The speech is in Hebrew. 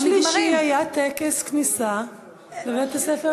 ביום שלישי היה טקס כניסה לבית-הספר החדש.